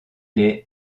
les